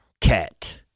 cat